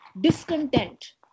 discontent